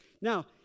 Now